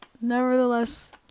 nevertheless